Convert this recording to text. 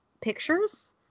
pictures